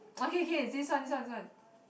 okay okay this one this one this one